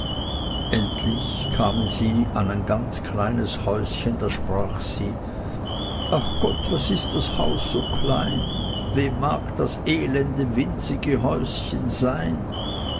endlich kamen sie an ein ganz kleines häuschen da sprach sie ach gott was ist das haus so klein wem mag das elende winzige häuschen sein